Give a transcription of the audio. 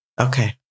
Okay